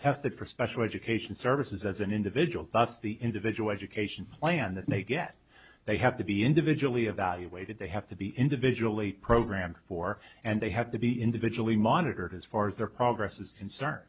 tested for special education services as an individual us the individual education plan that they get they have to be individually evaluated they have to be individually programmed for and they have to be individually monitored as far as their progress is concerned